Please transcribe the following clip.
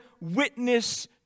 witness